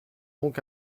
donc